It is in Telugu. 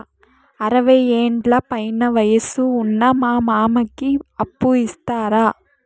అరవయ్యేండ్ల పైన వయసు ఉన్న మా మామకి అప్పు ఇస్తారా